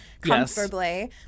comfortably